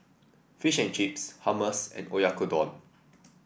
Fish and Chips Hummus and Oyakodon